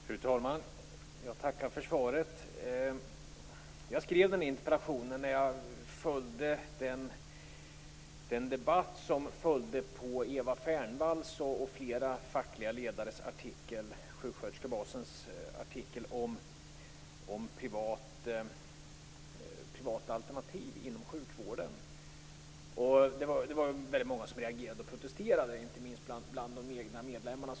Fru talman! Jag tackar för svaret. Jag skrev den här interpellationen medan jag följde den debatt som uppstod efter sjuksköterskebasen Eva Fernvalls m.fl. fackliga ledares artikel om privata alternativ inom sjukvården. Det var väldigt många som reagerade och protesterade, inte minst bland de egna medlemmarna.